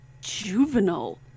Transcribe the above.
juvenile